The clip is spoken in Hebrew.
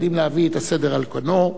יודעים להביא את הסדר על כנו,